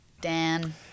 Dan